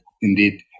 indeed